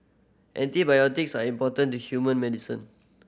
antibiotics are important to human medicine